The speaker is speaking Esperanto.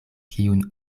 kiun